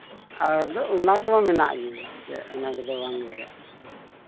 ᱟᱫᱚ ᱚᱱᱟ ᱠᱚᱢᱟ ᱢᱮᱱᱟᱜ ᱜᱮ ᱪᱮᱫ ᱚᱱᱟ ᱠᱚᱫᱚ ᱵᱟᱝ ᱞᱟᱜᱟᱜᱼᱟ